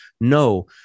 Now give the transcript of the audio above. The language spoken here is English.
no